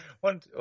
one